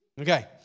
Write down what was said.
Okay